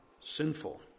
sinful